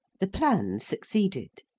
the plan succeeded.